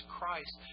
Christ